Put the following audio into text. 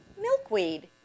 milkweed